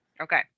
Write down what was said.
Okay